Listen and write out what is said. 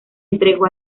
entregó